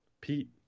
Pete